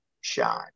shine